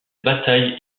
bataille